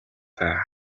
даа